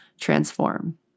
transform